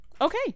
Okay